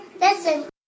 Listen